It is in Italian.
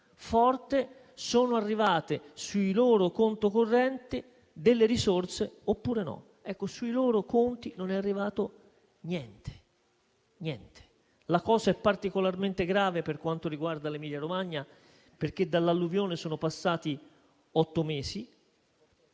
forte, sono arrivate sui loro conti correnti delle risorse oppure no. Sui loro conti non è arrivato niente. La cosa è particolarmente grave per quanto riguarda l'Emilia-Romagna, perché dall'alluvione sono passati otto mesi.